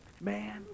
Man